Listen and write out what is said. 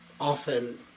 often